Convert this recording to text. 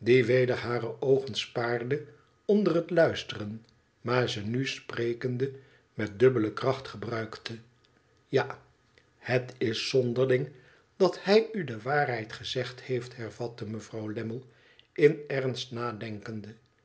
weder hare oogen spaarde onder het luisteren maar ze nu sprekende met dubbele kracht gebruikte ja het is zonderling dat hij u de waarheid gezegd heeft hervat mevrouw lammie in ernst nadenkende